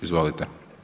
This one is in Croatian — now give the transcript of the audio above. Izvolite.